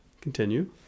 Continue